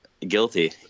Guilty